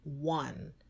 one